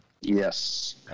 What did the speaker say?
Yes